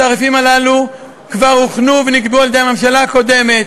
התעריפים הללו כבר הוכנו ונקבעו על-ידי הממשלה הקודמת.